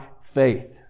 faith